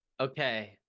Okay